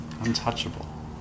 Untouchable